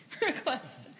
request